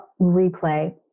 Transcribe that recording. replay